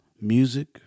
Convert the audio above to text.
music